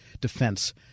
defense